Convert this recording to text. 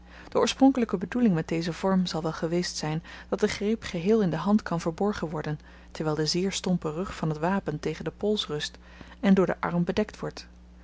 de oorspronkelyke bedoeling met dezen vorm zal wel geweest zyn dat de greep geheel in de hand kan verborgen worden terwyl de zeer stompe rug van t wapen tegen den pols rust en door den arm bedekt wordt